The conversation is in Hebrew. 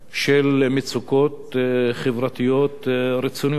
של מצוקות חברתיות רציניות.